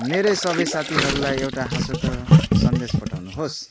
मेरा सबै साथीहरूलाई एउटा हाँसो उठ्दो सन्देश पठाउनुहोस्